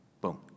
Boom